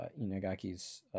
Inagaki's